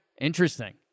Interesting